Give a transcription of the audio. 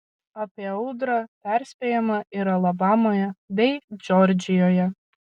apie audrą perspėjama ir alabamoje bei džordžijoje